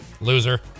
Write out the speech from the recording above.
Loser